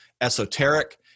esoteric